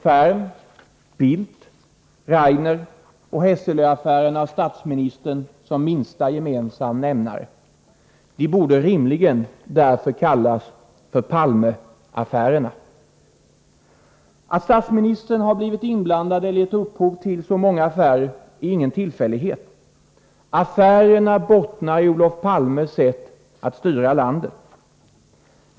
Ferm-, Bildt-, Raineroch Hesselö-affärerna har statsministern som minsta gemensam nämnare. De borde därför rimligen kallas för Palme-affärerna. Att statsministern blivit inblandad eller gett upphov till så många affärer är ingen tillfällighet. Affärerna bottnar i Olof Palmes sätt att styra landet.